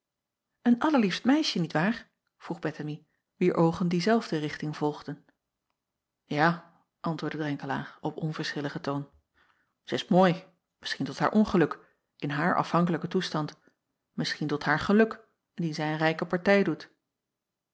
en allerliefst meisje niet waar vroeg ettemie wier oogen diezelfde richting volgden a antwoordde renkelaer op onverschilligen toon zij is mooi misschien tot haar ongeluk in haar afhankelijken toestand misschien tot haar geluk indien zij een rijke partij doet